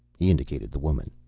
he indicated the woman.